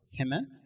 Amen